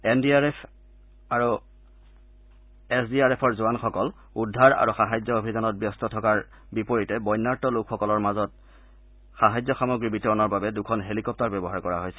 N D R F আৰু S D R এফৰ জোৱানসকল উদ্ধাৰ আৰু সাহায্য অভিযান ব্যস্ত থকাৰ বিপৰীতে বন্যাৰ্ত লোকসকলৰ মাজত সাহায্য সামগ্ৰী বিতৰণৰ বাবে দুখন হেলিকপ্তাৰ ব্যৱহাৰ কৰা হৈছে